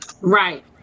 right